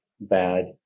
bad